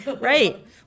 right